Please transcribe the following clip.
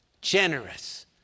generous